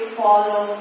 follow